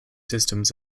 systems